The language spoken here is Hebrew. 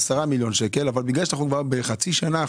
הגדול.